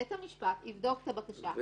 בית המשפט יבדוק את הבקשה,